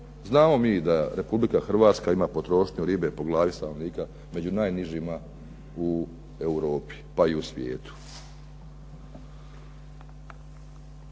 Znamo mi da Republika Hrvatska ima potrošnju ribe po glavi stanovnika među najnižim u Europi pa i u svijetu.